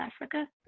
Africa